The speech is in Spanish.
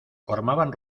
formaban